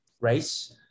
race